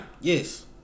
Yes